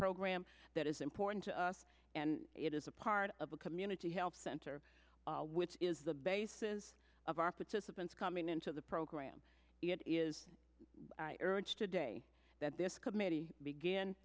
program that is important to us and it is a part of a community health center which is the basis of our participants coming into the program it is urged today that this committee begin